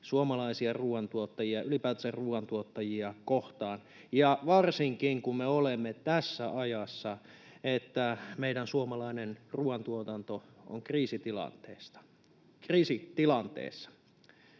suomalaisia ruoantuottajia ja ylipäätänsä ruoantuottajia kohtaan ja varsinkin, kun me olemme tässä ajassa, että meidän suomalainen ruoantuotantomme on kriisitilanteessa.